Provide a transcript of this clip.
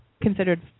considered